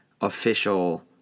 official